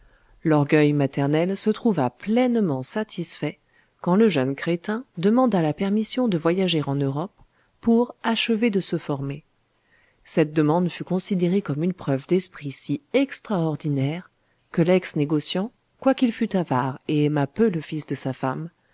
l'orgueil maternel se trouva pleinement satisfait quand le jeune crétin demanda la permission de voyager en europe pour achever de se former cette demande fut considérée comme une preuve d'esprit si extraordinaire que lex négociant quoiqu'il fût avare et aimât peu le fils de sa femme